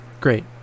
great